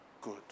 good